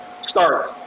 start